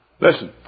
Listen